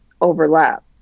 overlap